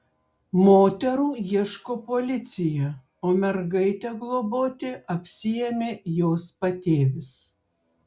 moterų ieško policija o mergaitę globoti apsiėmė jos patėvis